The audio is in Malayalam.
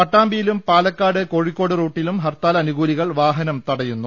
പട്ടാമ്പിയിലും പാലക്കാട് കോഴിക്കോട് റൂട്ടിലും ഹർത്താൽ അനു കൂലികൾ വാഹനം തടയുന്നു